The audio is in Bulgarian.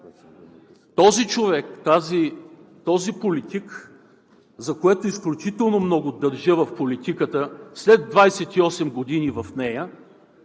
този човек, за този политик, на когото изключително много държа в политиката след 28 години в нея,